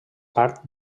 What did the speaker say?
part